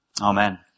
amen